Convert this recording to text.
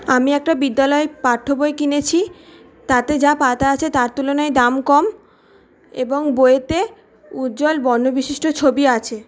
আমি একটা বিদ্যালয় পাঠ্য বই কিনেছি তাতে যা পাতা আছে তার তুলনায় দাম কম এবং বইতে উজ্জ্বল বর্ণ বিশিষ্ট ছবি আছে